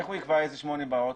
איך הוא יקבע איזה שמונה יעלו?